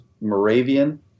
Moravian